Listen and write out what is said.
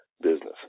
business